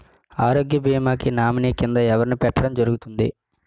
ఆరోగ్య భీమా కి నామినీ కిందా ఎవరిని పెట్టడం జరుగతుంది?